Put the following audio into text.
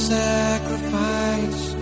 sacrifice